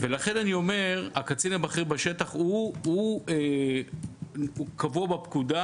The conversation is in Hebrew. לכן הקצין הבכיר בשטח הוא קבוע בפקודה,